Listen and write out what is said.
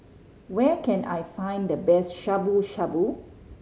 where can I find the best Shabu Shabu